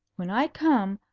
when i come,